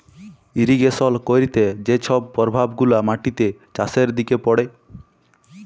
irrigation ক্যইরতে যে ছব পরভাব গুলা মাটিতে, চাষের দিকে পড়ে